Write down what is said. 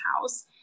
house